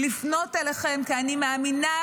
אני רוצה